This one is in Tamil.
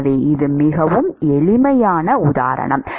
எனவே இது மிகவும் எளிமையான உதாரணம்